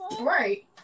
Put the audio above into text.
right